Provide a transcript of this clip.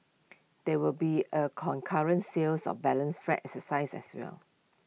there will be A concurrent sales of balance flats exercise as well